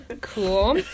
Cool